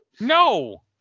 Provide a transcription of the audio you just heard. no